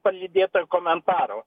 palydėta komentaro